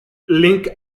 link